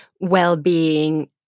well-being